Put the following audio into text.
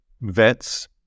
vets